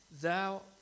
Thou